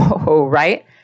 right